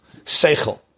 seichel